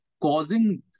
causing